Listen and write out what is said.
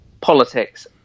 politics